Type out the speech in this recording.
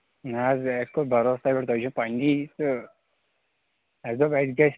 نہ حظ اَسہِ کوٚر بروس تۄہہِ پٮ۪ٹھ تُہۍ چھُو پَنٛنی تہٕ اَسہِ دوٚپ اَسہِ گژھِ